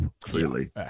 Clearly